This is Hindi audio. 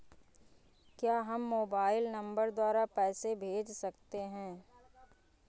क्या हम मोबाइल नंबर द्वारा पैसे भेज सकते हैं?